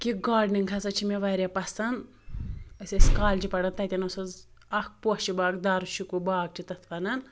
یہِ گاڈنِنٛگ ہَسا چھِ مےٚ واریاہ پَسنٛد أسۍ ٲسۍ کالجہِ پَران تَتٮ۪ن اوس حظ اَکھ پوشہِ باغ دَار شُکُوہ باغ چھِ تَتھ وَنان